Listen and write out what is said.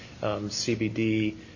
CBD